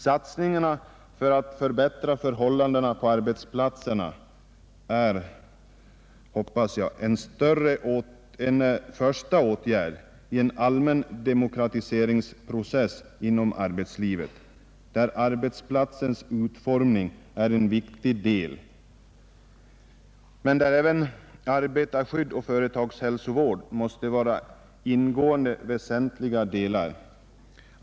Satsningarna på att förbättra förhållandena på arbetsplatserna är, hoppas jag, en första åtgärd i en allmän demokratiseringsprocess inom arbetslivet, där arbetsplatsens utformning är en viktig del men där även arbetarskyddet och företagshälsovården måste vara ingående, väsentliga delar.